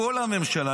כל הממשלה,